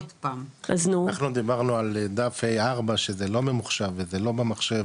אז נו אנחנו דיברנו על דף A4 שזה לא ממוחשב וזה לא במחשב